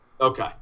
Okay